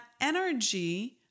energy